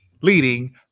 Leading